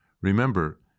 Remember